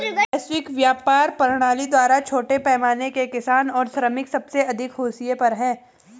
वैश्विक व्यापार प्रणाली द्वारा छोटे पैमाने के किसान और श्रमिक सबसे अधिक हाशिए पर हैं